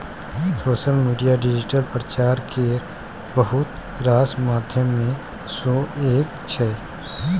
social media digital प्रचार केर बहुत रास माध्यम मे सँ एक छै